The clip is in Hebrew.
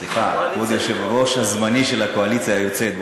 סליחה, כבוד היושב-ראש הזמני של הקואליציה היוצאת.